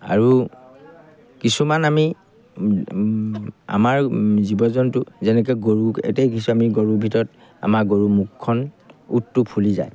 আৰু কিছুমান আমি আমাৰ জীৱ জন্তু যেনেকৈ গৰুক ইয়াতে শিকিছোঁ আমি গৰুৰ ভিতৰত আমাৰ গৰু মুখখন ওঁঠটো ফুলি যায়